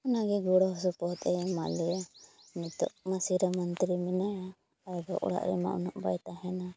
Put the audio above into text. ᱚᱱᱟᱜᱮ ᱜᱚᱲᱚᱥᱚᱯᱚᱦᱚᱫ ᱮᱢ ᱮᱢᱟᱞᱮᱭᱟ ᱱᱤᱛᱟᱹᱜ ᱢᱟ ᱥᱤᱨᱟᱹᱢᱚᱱᱛᱨᱤ ᱢᱮᱱᱟᱭᱟ ᱟᱨᱚ ᱚᱲᱟᱜ ᱨᱮᱢᱟ ᱩᱱᱟᱹᱜ ᱵᱟᱭ ᱛᱟᱦᱮᱱᱟ